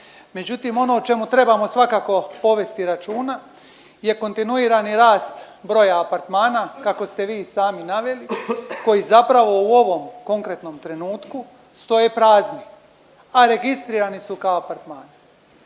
Međutim, ono o čemu trebamo svakako povesti računa je kontinuirani rast broja apartmana, kako ste vi i sami naveli, koji zapravo u ovom konkretnom trenutku svoje prazni, a registrirani su kao apartmani.